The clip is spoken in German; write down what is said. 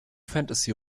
fantasy